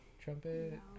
trumpet